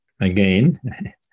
Again